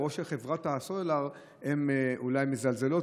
או שחברות הסולר אולי מזלזלות.